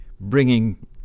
bringing